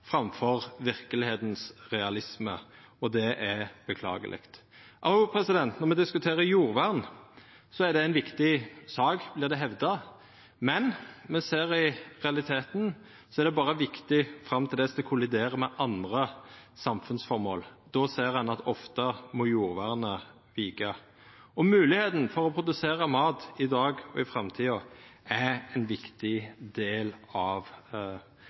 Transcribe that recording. framfor realismen i verkelegheita, og det er beklageleg. Når me diskuterer jordvern, er det ei viktig sak, vert det hevda, men i realiteten ser me at det berre er viktig fram til det kolliderer med andre samfunnsformål. Då ser ein ofte at jordvernet må vika. Moglegheita for å produsera mat i dag og i framtida er ein viktig del av